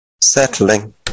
settling